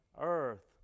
earth